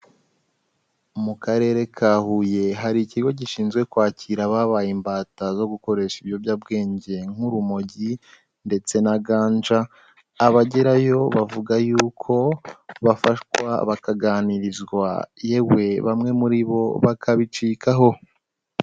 Mu karere ka Huye hari ikigo gishinzwe kwakira ababaye imbata zo gukoresha ibiyobyabwenge nk'urumogi ndetse na ganja. Abagerayo bavuga yuko bafashwa bakaganirizwa, yewe bamwe muri bo bakabicikaho.